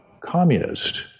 communist